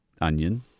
onion